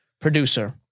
producer